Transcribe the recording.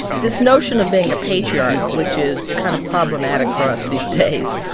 this notion of being a patriarch, which is kind of problematic for us these days,